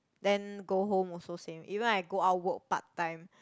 then go home also same even I go out work part time